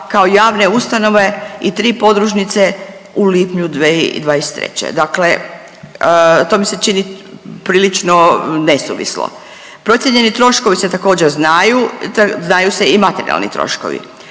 kao javne ustanove i tri podružnice u lipnju 2023. Dakle, to mi se čini prilično nesuvislo. Procijenjeni troškovi se također znaju, znaju se i materijalni troškovi.